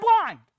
blind